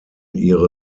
ihre